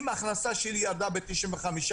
אם ההכנסה שלי ירדה ב-95%